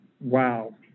wow